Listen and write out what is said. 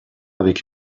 avec